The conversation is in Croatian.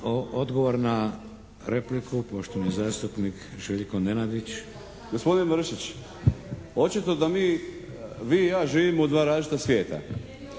Odgovor na repliku, poštovani zastupnik Željko Nenadić. **Nenadić, Željko (HDZ)** Gospodine Mršić! Očito da mi, vi i ja živimo u dva različita svijeta.